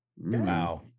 Wow